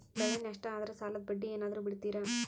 ಬೆಳೆ ನಷ್ಟ ಆದ್ರ ಸಾಲದ ಬಡ್ಡಿ ಏನಾದ್ರು ಬಿಡ್ತಿರಾ?